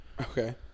Okay